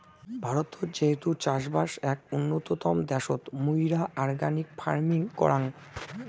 ভারত যেহেতু চাষবাস এক উন্নতম দ্যাশোত, মুইরা অর্গানিক ফার্মিং করাং